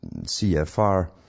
CFR